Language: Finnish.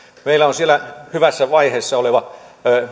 meillä on siellä hyvässä vaiheessa oleva